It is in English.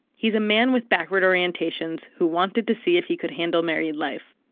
he's a man with backward orientations who wanted to see if he could handle married life.